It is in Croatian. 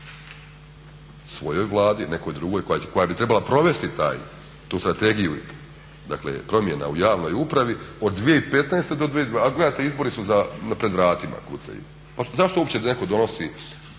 Svojoj Vladi, nekoj drugoj koja bi trebala provesti tu strategiju dakle promjena u javnoj upravi od 2015. do 2020. A gledajte, izbori su pred vratima, kucaju. Pa zašto uopće netko donosi